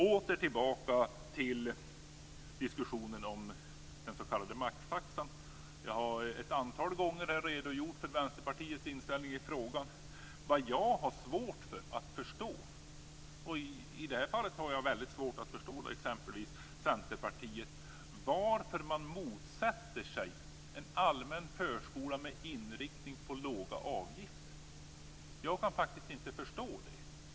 Åter tillbaka till diskussionen om den s.k. maxtaxan. Jag har ett antal gånger redogjort för Vänsterpartiets inställning i frågan. Vad jag har svårt att förstå - i det här fallet har jag svårt att förstå Centerpartiet - är varför man motsätter sig en allmän förskola med inriktning på låga avgifter. Jag kan inte förstå det.